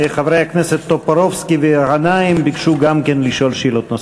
חברי הכנסת טופורובסקי וגנאים ביקשו גם כן לשאול שאלות נוספות.